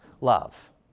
love